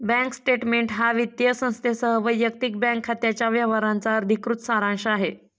bank statement हा वित्तीय संस्थेसह वैयक्तिक बँक खात्याच्या व्यवहारांचा अधिकृत सारांश आहे